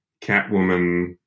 Catwoman